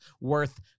worth